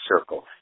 circle